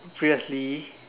previously